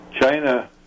China